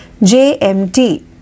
JMT